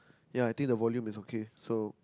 ya I think the volume is okay so